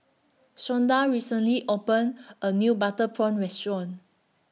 Shonda recently opened A New Butter Prawn Restaurant